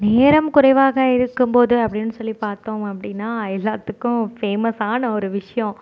நேரம் குறைவாக இருக்கும் போது அப்படின் சொல்லி பார்த்தோம் அப்படின்னா எல்லாத்துக்கும் ஃபேமஸான ஒரு விஷ்யம்